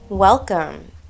Welcome